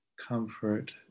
comfort